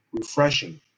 refreshing